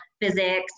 physics